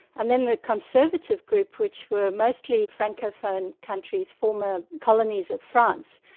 and then the conservative group which were mostly francophone countries, former colonies of france,